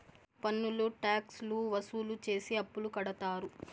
పన్నులు ట్యాక్స్ లు వసూలు చేసి అప్పులు కడతారు